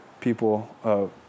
people